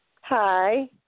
Hi